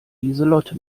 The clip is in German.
lieselotte